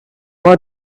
wanna